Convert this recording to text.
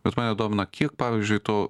bet mane domina kiek pavyzdžiui to